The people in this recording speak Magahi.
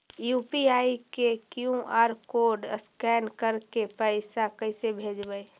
यु.पी.आई के कियु.आर कोड स्कैन करके पैसा कैसे भेजबइ?